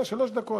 שלוש דקות.